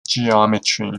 geometry